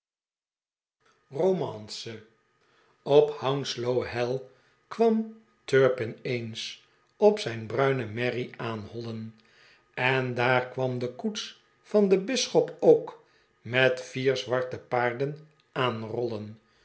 romance op hounslow hei kwnm turpi n eens op zijn brume merrie aanhollen en daar kwam de koets van den bisschop ook met vier zwarte naarden aanrollen